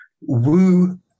woo